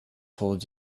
told